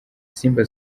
simba